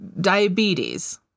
diabetes